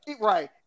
right